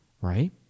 right